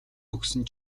өгсөн